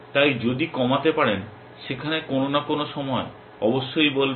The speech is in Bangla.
তাই যদি কমাতে পারেন সেখানে কোনো না কোনো সময় অবশ্যই বলবেন